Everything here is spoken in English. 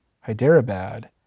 Hyderabad